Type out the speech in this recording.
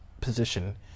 position